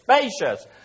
spacious